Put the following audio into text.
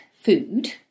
food